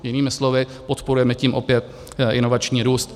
Jinými slovy, podporujeme tím opět inovační růst.